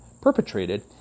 perpetrated